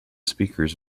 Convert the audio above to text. speakers